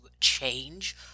change